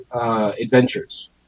adventures